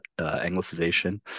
Anglicization